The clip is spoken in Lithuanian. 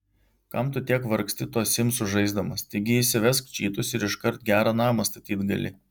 kam tu tiek vargsti tuos simsus žaisdamas taigi įsivesk čytus ir iškart gerą namą statyt gali